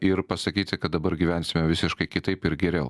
ir pasakyti kad dabar gyvensime visiškai kitaip ir geriau